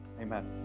Amen